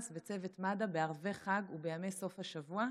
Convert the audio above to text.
וצוות מד"א בערבי חג ובימי סוף השבוע,